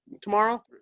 tomorrow